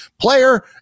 player